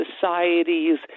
societies